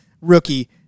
rookie